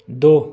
दो